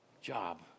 job